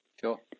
Sure